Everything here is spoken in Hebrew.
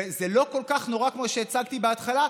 וזה לא כל כך נורא כמו שהצגתי בהתחלה,